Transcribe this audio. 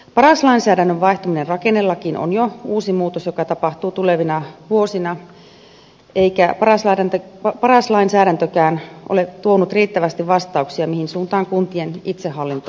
paras lainsäädännön vaihtuminen rakennelakiin on jo uusi muutos joka tapahtuu tulevina vuosina eikä paras lainsäädäntökään ole tuonut riittävästi vastauksia mihin suuntaan kuntien itsehallintoa tulee kehittää